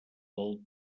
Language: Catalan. del